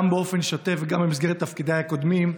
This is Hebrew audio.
גם באופן שוטף וגם במסגרת תפקידיי הקודמים,